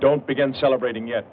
don't begin celebrating yet